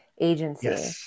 agency